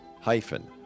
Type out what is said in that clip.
hyphen